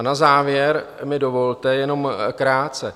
Na závěr mi dovolte jenom krátce.